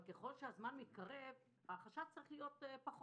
אבל ככל שהזמן מתקרב החשש צריך לקטון.